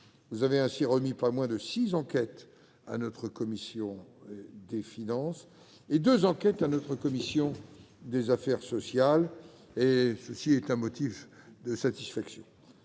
Vous avez ainsi remis pas moins de six enquêtes à notre commission des finances et deux à notre commission des affaires sociales, ce qui est un motif de satisfaction.